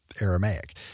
Aramaic